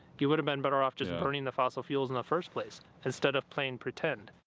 you would have been better off just burning the fossil fuels in the first place, instead of playing pretend.